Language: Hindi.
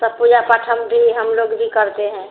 सब पूजा पाठ हम भी हम लोग भी करते हैं